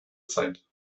zeit